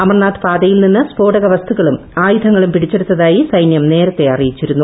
അമർനാഥ് പാതയിൽ നിന്ന് സ്ഫോടക വസ്തുക്കളും ആയുധങ്ങളും പിടിച്ചെടുത്തായി സൈന്യം നേരത്തെ അറിയിച്ചിരുന്നു